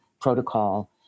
protocol